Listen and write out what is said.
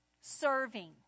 Serving